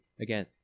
Again